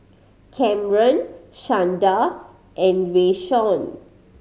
Kamron Shanda and Rayshawn